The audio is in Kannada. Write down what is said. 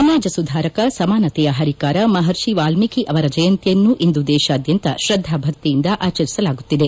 ಸಮಾಜ ಸುಧಾರಕ ಸಮಾನತೆಯ ಪರಿಕಾರ ಮಹರ್ಷಿ ವಾಲ್ಮೀಕ ಅವರ ಜಯಂತಿಯನ್ನು ಇಂದು ದೇಶಾದ್ವಂತ ಶ್ರದ್ದಾಭಕ್ತಿಯಿಂದ ಆಚರಿಸಲಾಗುತ್ತಿದೆ